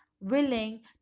willing